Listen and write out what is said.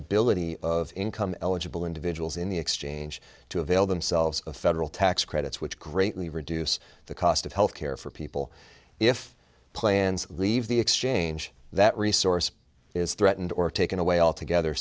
ability of income eligible individuals in the exchange to avail themselves of federal tax credits which greatly reduce the cost of health care for people if plans leave the exchange that resource is threatened or taken away altogether